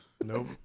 Nope